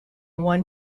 one